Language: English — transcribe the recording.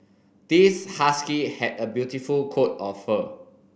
this husky had a beautiful coat of fur